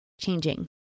changing